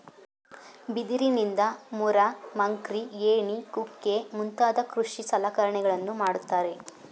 ಬಿದಿರಿನಿಂದ ಮೊರ, ಮಕ್ರಿ, ಏಣಿ ಕುಕ್ಕೆ ಮುಂತಾದ ಕೃಷಿ ಸಲಕರಣೆಗಳನ್ನು ಮಾಡುತ್ತಾರೆ